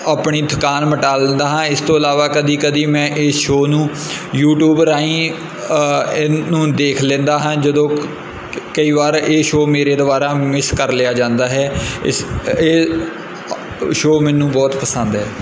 ਆਪਣੀ ਥਕਾਨ ਮਿਟਾ ਲੈਂਦਾ ਹਾਂ ਇਸ ਤੋਂ ਇਲਾਵਾ ਕਦੇ ਕਦੇ ਮੈਂ ਇਹ ਸ਼ੋਅ ਨੂੰ ਯੂਟਿਊਬ ਰਾਹੀਂ ਇਹਨੂੰ ਦੇਖ ਲੈਂਦਾ ਹਾਂ ਜਦੋਂ ਕਈ ਵਾਰ ਇਹ ਸ਼ੋਅ ਮੇਰੇ ਦੁਆਰਾ ਮਿਸ ਕਰ ਲਿਆ ਜਾਂਦਾ ਹੈ ਇਸ ਇਹ ਸ਼ੋਅ ਮੈਨੂੰ ਬਹੁਤ ਪਸੰਦ ਹੈ